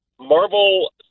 Marvel